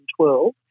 2012